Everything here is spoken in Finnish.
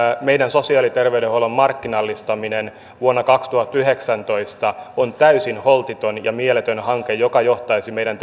meidän sosiaali ja terveydenhuoltomme markkinallistaminen vuonna kaksituhattayhdeksäntoista on täysin holtiton ja mieletön hanke joka johtaisi meidän